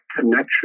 connection